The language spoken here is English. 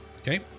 Okay